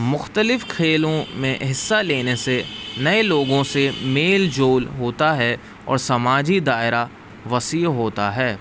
مختلف کھیلوں میں حصہ لینے سے نئے لوگوں سے میل جوول ہوتا ہے اور سماجی دائرہ وسیع ہوتا ہے